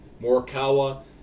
Morikawa